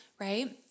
right